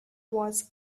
was